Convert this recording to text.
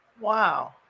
Wow